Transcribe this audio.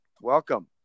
Welcome